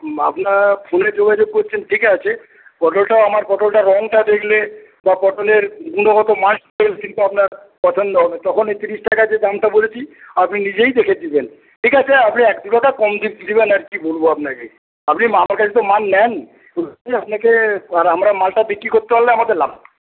আপনি ফোনে যোগাযোগ করছেন ঠিক আছে পটলটা আমার পটলটার রংটা দেখলে বা পটলের গুণগত মানটা কিন্তু আপনার পছন্দ হবে তখন এই তিরিশ টাকা যে দামটা বলেছি আপনি নিজেই দেখে দেবেন ঠিক আছে আপনি এক দু টাকা কম দেবেন আর কি বলব আপনাকে আপনি আমার কাছে তো মাল নেন আপনাকে আমরা মালটা বিক্রি করতে পারলে আমাদের লাভ